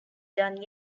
done